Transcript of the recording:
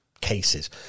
cases